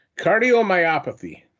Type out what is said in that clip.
Cardiomyopathy